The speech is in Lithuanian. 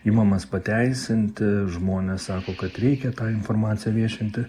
imamas pateisinti žmonės sako kad reikia tą informaciją viešinti